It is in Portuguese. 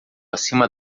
acima